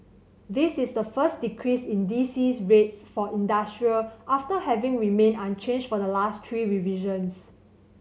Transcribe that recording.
this is the first decrease in D C rates for industrial after having remained unchanged for the last three revisions